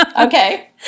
Okay